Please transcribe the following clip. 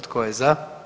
Tko je za?